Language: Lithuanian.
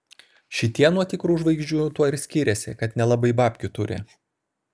šitie nuo tikrų žvaigždžių tuo ir skiriasi kad nelabai babkių turi